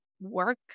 work